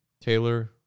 taylor